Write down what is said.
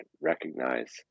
recognize